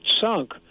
sunk